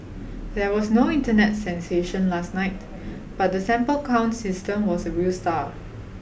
there was no Internet sensation last night but the sample count system was a real star